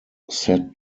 set